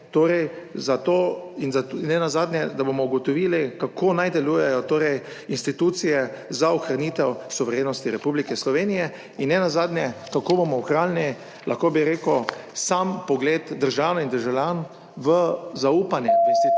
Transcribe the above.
torej za to in nenazadnje, da bomo ugotovili, kako naj delujejo torej institucije za ohranitev suverenosti Republike Slovenije in nenazadnje kako bomo ohranili, lahko bi rekel, sam pogled državljanov in državljank v zaupanje v institucije